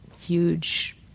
huge